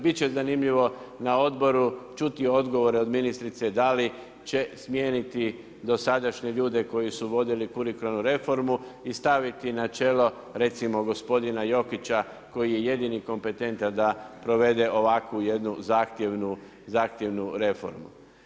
Biti će zanimljivo na Odboru čuti odgovore od ministrice da li će smijeniti dosadašnje ljude koji su vodili kurikularnu reformu i staviti na čelo recimo gospodina Jokića koji je jedini kompetentan da provede ovakvu jednu zahtjevnu reformu.